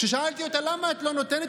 כששאלתי אותה: למה את לא נותנת?